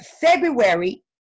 February